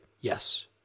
Yes